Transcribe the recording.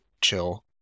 chill